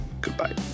Goodbye